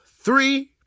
three